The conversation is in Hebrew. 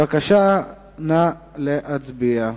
בבקשה, נא להצביע.